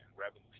revenue